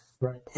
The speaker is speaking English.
right